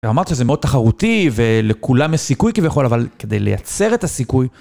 אמרת שזה מאוד תחרותי ולכולם יש סיכוי כביכול, אבל כדי לייצר את הסיכוי...